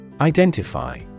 Identify